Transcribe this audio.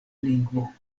lingvo